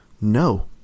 No